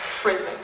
prison